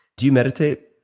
do you meditate,